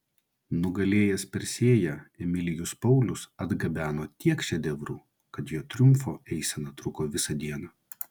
nugalėjęs persėją emilijus paulius atgabeno tiek šedevrų kad jo triumfo eisena truko visą dieną